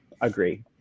agree